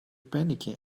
panicky